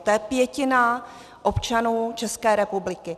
To je pětina občanů České republiky.